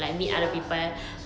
ya